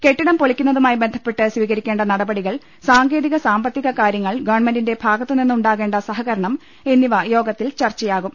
കെട്ടിടം പൊളിക്കുന്നതുമായി ബന്ധപ്പെട്ട് സ്വീകരിക്കേണ്ട നടപടികൾ സാങ്കേതിക സാമ്പത്തിക കാര്യങ്ങൾ ഗവൺമെന്റിന്റെ ഭാഗത്തുനിന്ന് ഉണ്ടാകേണ്ട സഹകരണം എന്നിവ യോഗ ത്തിൽ ചർച്ചയാവും